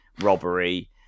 robbery